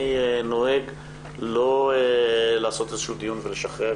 אני נוהג לא לעשות איזשהו דיון ולשחרר.